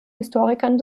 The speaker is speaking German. historikern